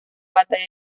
batalla